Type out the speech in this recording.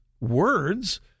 words –